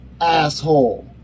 asshole